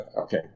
okay